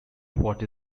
what